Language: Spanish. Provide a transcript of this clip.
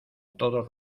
todos